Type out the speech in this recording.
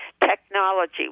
technology